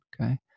okay